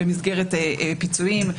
במסגרת פיצויים,